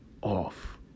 off